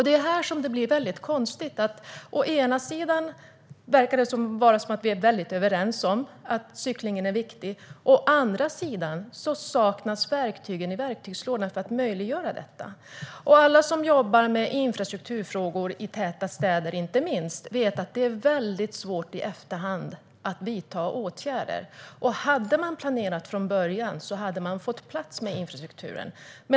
Det är här som det blir väldigt konstigt. Å ena sidan verkar det som att vi är överens om att cyklingen är viktig. Å andra sidan saknas verktygen i verktygslådan för att möjliggöra detta. Alla som jobbar med infrastrukturfrågor, inte minst i täta städer, vet att det är väldigt svårt att vidta åtgärder i efterhand. Hade man planerat från början så hade man fått plats med infrastrukturen.